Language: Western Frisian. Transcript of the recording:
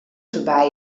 foarby